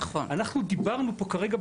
אנחנו דיברנו פה כרגע,